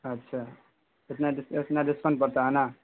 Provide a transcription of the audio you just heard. اچھا اتنا اتنا ڈسکاؤنٹ پڑتا ہے نا